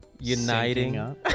uniting